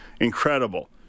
Incredible